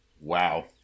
wow